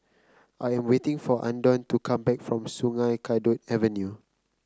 I am waiting for Andon to come back from Sungei Kadut Avenue